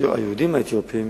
היהודים האתיופים